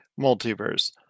Multiverse